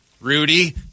Rudy